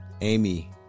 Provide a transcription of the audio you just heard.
Amy